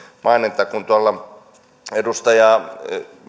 mainita kun edustaja